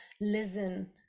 listen